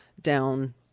down